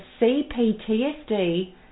CPTSD